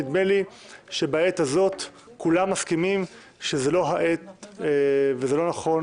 נדמה לי שבעת הזאת כולם מסכימים שזאת לא העת וזה לא נכון,